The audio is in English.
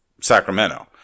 Sacramento